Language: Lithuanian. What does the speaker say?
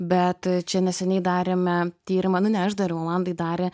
bet čia neseniai darėme tyrimą nu ne aš dariau olandai darė